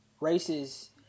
races